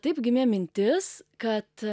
taip gimė mintis kad